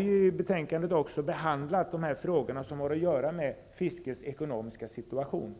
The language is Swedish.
I betänkandet behandlas också de frågor som har att göra med fiskets ekonomiska situation.